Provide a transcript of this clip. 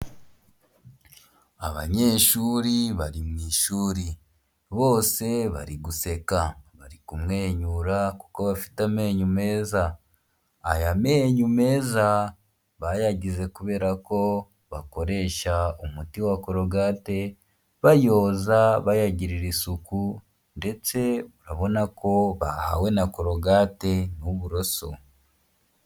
Abanyeshuri bari mu ishuri, bose bari guseka, bari kumwenyura kuko bafite amenyo meza. Aya menyo meza bayagize kubera ko bakoresha umuti wa korogate, bayoza bayagirira isuku ndetse urabona ko bahawe na korogate n'uburoso.